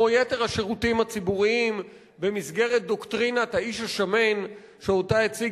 כמו יתר השירותים הציבוריים במסגרת דוקטרינת האיש השמן שהציג